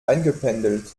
eingependelt